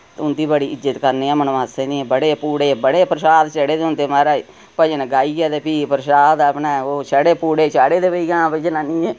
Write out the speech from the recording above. उंदी बड़ी इज्जत करने आं मनमासें दी बड़े पूड़े बड़े परशाद चड़े दे होंदे महाराज भजन गाइयै ते फ्ही परशाद अपने ओह् छड़े पूड़े चाड़े दे होंदे भई हा जनानियें